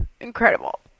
incredible